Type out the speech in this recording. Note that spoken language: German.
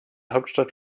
hauptstadt